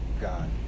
God